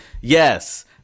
yes